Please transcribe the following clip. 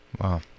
Wow